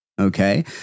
okay